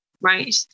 right